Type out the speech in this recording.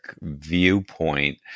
viewpoint